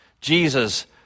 Jesus